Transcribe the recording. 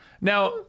Now